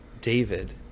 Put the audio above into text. David